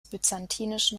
byzantinischen